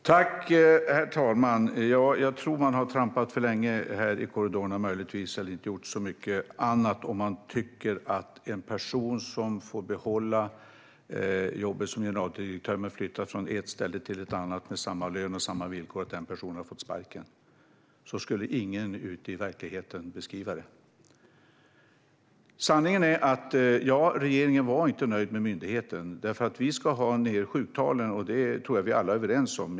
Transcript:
Herr talman! Jag tror att man har trampat för länge i korridorerna här eller inte gjort så mycket annat om man tycker att en person som får behålla jobbet som generaldirektör men flytta från ett ställe till ett annat med samma lön och samma villkor har fått sparken. Så skulle ingen ute i verkligheten beskriva det. Sanningen är att regeringen inte var nöjd med myndigheten därför att vi ska ha ned sjuktalen. Det tror jag att vi alla är överens om.